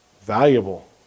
Valuable